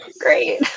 great